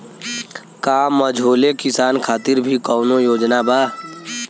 का मझोले किसान खातिर भी कौनो योजना बा?